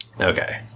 Okay